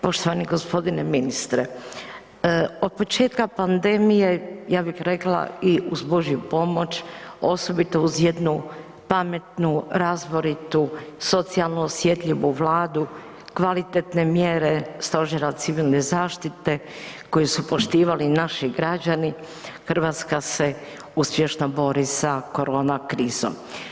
Poštovani gospodine ministre, otpočetka pandemije ja bih rekla i uz Božju pomoć osobito uz jednu pametnu, razboritu, socijalno osjetljivu Vladu kvalitetne mjere Stožera civilne zaštite koje su poštivali i naši građani Hrvatska se uspješno bori sa korona krizom.